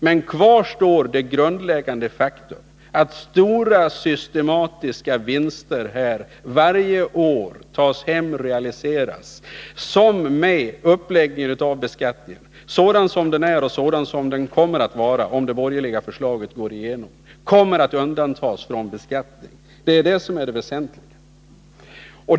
Men kvar står det grundläggande faktum att stora, systematiska vinster varje år tas hem och realiseras, vinster som med uppläggningen av beskattningen — sådan den är och kommer att vara om det borgerliga förslaget går igenom — kommer att undantas från beskattning. Det är det väsentliga.